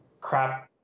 crap